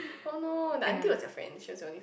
oh no the aunty was your friend she was the only